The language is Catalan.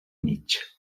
mig